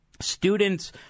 students –